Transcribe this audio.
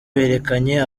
berekanye